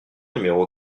numéro